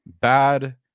bad